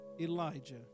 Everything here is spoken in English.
Elijah